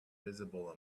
visible